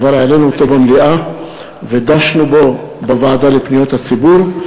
כבר העלינו אותו במליאה ודשנו בו בוועדה לפניות הציבור,